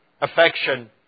affection